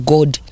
God